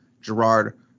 Gerard